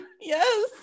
yes